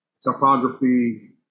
topography